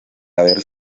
haber